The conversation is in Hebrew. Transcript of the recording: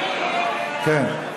כן.